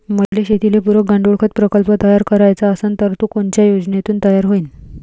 मले शेतीले पुरक गांडूळखत प्रकल्प तयार करायचा असन तर तो कोनच्या योजनेतून तयार होईन?